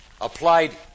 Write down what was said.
applied